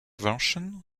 version